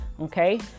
Okay